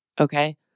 Okay